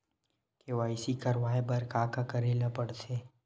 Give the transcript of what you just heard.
KYC करवाय बर का का करे ल पड़थे?